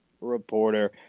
reporter